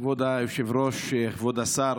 כבוד היושב-ראש, כבוד השר,